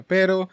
Pero